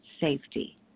safety